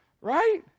Right